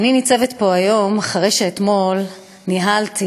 אני ניצבת פה היום אחרי שאתמול ניהלתי